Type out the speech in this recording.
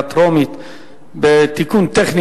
הוחלט להעביר את ההצעה להמשך דיון